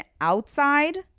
outside